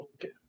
Okay